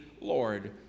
Lord